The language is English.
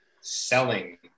selling